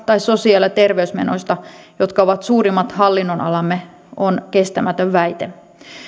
tai sosiaali ja terveysmenoista jotka ovat suurimmat hallinnonalamme on kestämätön väite